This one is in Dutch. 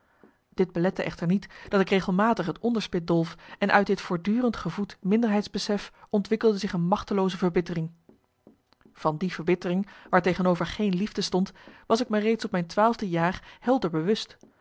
dit belette echter niet dat ik regelmatig het onderspit dolf en uit dit voortdurend gevoed minderheidsbesef ontwikkelde zich een machtelooze verbittering van die verbittering waartegenover geen liefde stond was ik me reeds op mijn twaalfde jaar helder bewust